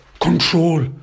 Control